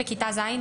בכיתה ז',